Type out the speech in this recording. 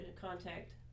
contact